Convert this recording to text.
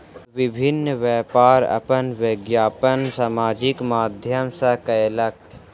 विभिन्न व्यापार अपन विज्ञापन सामाजिक माध्यम सॅ कयलक